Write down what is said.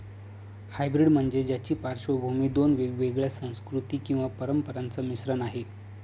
hybrid म्हणजे ज्याची पार्श्वभूमी दोन वेगवेगळ्या संस्कृती किंवा परंपरांचा मिश्रण आहे